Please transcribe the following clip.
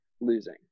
losing